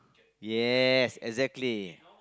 yes exactly